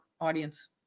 audience